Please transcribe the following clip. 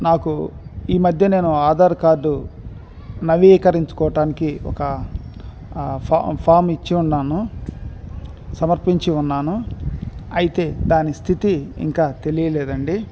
నాకు ఈ మధ్య నేను ఆధార్ కార్డు నవీకరించుకోవటానికి ఒక ఫామ్ ఇచ్చి ఉన్నాను సమర్పించి ఉన్నాను అయితే దాని స్థితి ఇంకా తెలియలేదండి